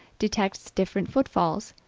detects different footfalls,